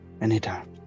anytime